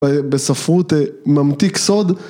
בספרות ממתיק סוד